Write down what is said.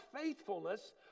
faithfulness